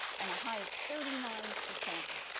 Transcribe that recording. and a high of thirty nine per sample.